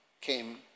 came